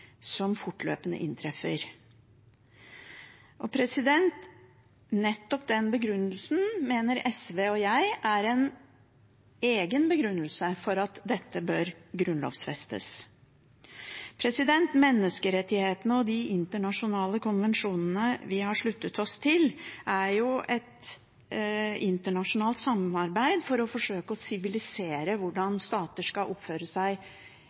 som fortløpende inntreffer. Nettopp den begrunnelsen mener SV – og jeg – er en egen begrunnelse for at dette bør grunnlovfestes. Menneskerettighetene og de internasjonale konvensjonene vi har sluttet oss til, er et internasjonalt samarbeid for å forsøke å sivilisere hvordan stater skal oppføre seg